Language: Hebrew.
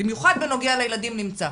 במיוחד בנוגע לילדים, נמצא.